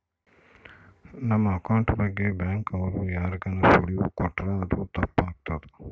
ನಮ್ ಅಕೌಂಟ್ ಬಗ್ಗೆ ಬ್ಯಾಂಕ್ ಅವ್ರು ಯಾರ್ಗಾನ ಸುಳಿವು ಕೊಟ್ರ ಅದು ತಪ್ ಆಗ್ತದ